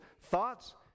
thoughts